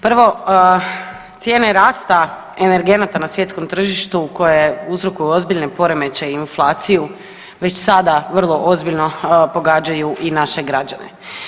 Prvo cijene rasta energenata na svjetskom tržištu koje uzrokuju ozbiljne poremećaje i inflaciju već sada vrlo ozbiljno pogađaju i naše građane.